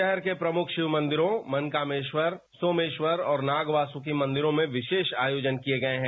शहर के प्रमुख शिव मंदिरों मनकामेश्वर सोमेश्वर और नाग वासुकी मंदिरों में विशेष आयोजन किए गए हैं